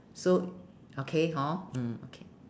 so okay hor mm okay